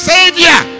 Savior